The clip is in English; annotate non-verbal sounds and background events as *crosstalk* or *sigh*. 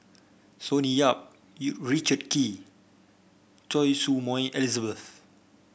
Sonny Yap *unintelligible* Richard Kee Choy Su Moi Elizabeth